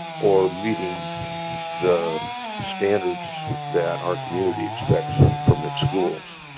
or meeting the standards that our community expects from its schools